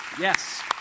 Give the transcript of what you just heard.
Yes